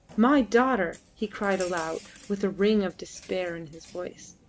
my daughter! he cried aloud, with a ring of despair in his voice.